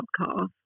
podcast